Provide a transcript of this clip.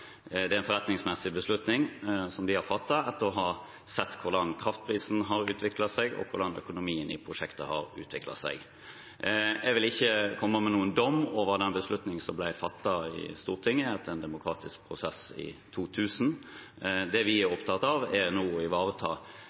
Det er en forretningsmessig beslutning som de har fattet etter å ha sett hvordan kraftprisen har utviklet seg, og hvordan økonomien i prosjektet har utviklet seg. Jeg vil ikke komme med noen dom over den beslutningen som ble fattet i Stortinget etter en demokratisk prosess i 2000. Det vi er opptatt av, er å ivareta